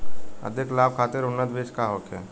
अधिक लाभ खातिर उन्नत बीज का होखे?